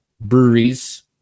breweries